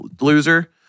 loser